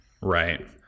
Right